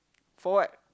for what